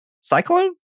Cyclone